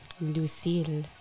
Lucille